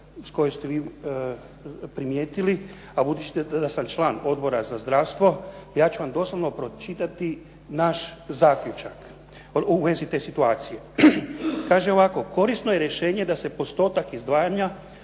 koje ste vi primijetili a budući da sam član Odbora za zdravstvo ja ću vam doslovno pročitati naš zaključak u vezi te situacije. Kaže ovako "Korisno je rješenje da se postotak izdvajanja